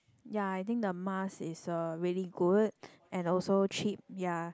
ya I think the mask is uh really good and also cheap ya